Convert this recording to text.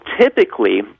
typically